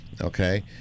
Okay